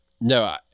No